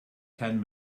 ten